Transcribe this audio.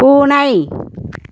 பூனை